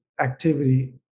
activity